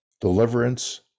deliverance